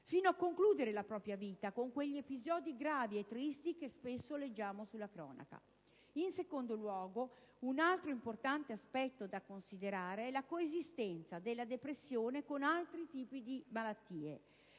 fino a concludere la propria vita con quegli episodi gravi e tristi che spesso leggiamo sulla cronaca. Un altro importante aspetto da considerare è la coesistenza della depressione con altri tipi di malattie.